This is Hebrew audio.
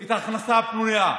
את ההכנסה הפנויה,